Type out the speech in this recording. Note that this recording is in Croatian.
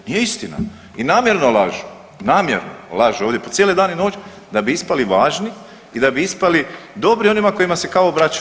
Nije istina i namjerno lažu i namjerno lažu ovdje po cijeli dan i noć, da bi ispali važni i da bi ispali dobri onima kojima se kao obraćaju.